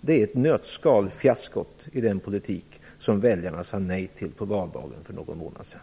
Det är i ett nötskal fiaskot i den politik som väljarna sade nej till på valdagen för någon månad sedan.